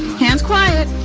hands quiet.